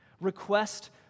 Request